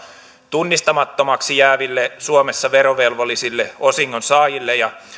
tunnistamattomaksi jääville suomessa verovelvollisille osingonsaajille ja